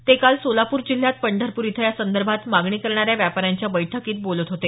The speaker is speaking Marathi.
ते काल सोलापूर जिल्ह्यात पंढऱपूर इथं या संदर्भात मागणी करणाऱ्या व्यापाऱ्यांच्या बैठकीत बोलत होते